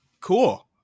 cool